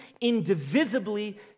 indivisibly